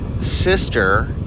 sister